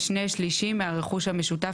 אז מה אתה רוצה?